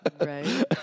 Right